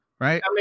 Right